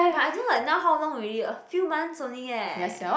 but I don't know like now how long already a few months only eh